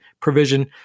provision